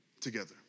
together